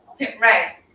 Right